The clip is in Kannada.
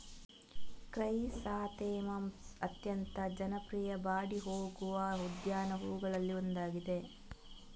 ಕ್ರೈಸಾಂಥೆಮಮ್ಸ್ ಅತ್ಯಂತ ಜನಪ್ರಿಯ ಬಾಡಿ ಹೋಗುವ ಉದ್ಯಾನ ಹೂವುಗಳಲ್ಲಿ ಒಂದಾಗಿದೆ